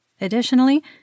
Additionally